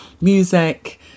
music